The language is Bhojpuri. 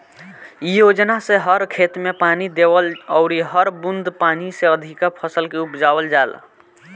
इ योजना से हर खेत में पानी देवल अउरी हर बूंद पानी से अधिका फसल के उपजावल ह